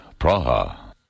Praha